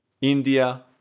India